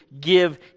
give